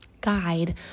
guide